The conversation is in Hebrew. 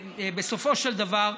בסופו של דבר,